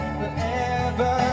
forever